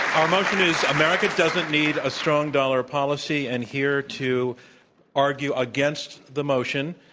our motion is, america doesn't need a strong dollar policy, and here to argue against the motion,